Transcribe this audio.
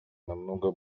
намного